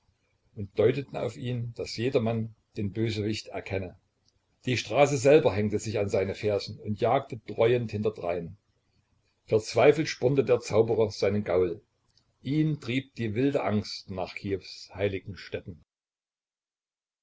und deuteten auf ihn daß jedermann den bösewicht erkenne die straße selber hängte sich an seine fersen und jagte dräuend hinterdrein verzweifelt spornte der zauberer seinen gaul ihn trieb die wilde angst nach kiews heiligen stätten